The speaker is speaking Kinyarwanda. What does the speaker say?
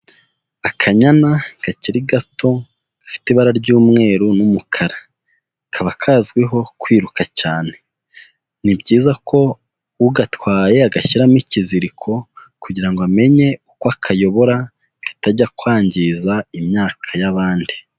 Akanyana kakiri gato gafite ibara ry'umweru n'umukara, kaba kazwiho kwiruka cyane. Ni byiza ko ugatwaye agashyiramo ikiziriko kugira ngo amenye uko akayobora katajya kwangiza imyaka y'abandi.